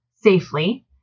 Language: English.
safely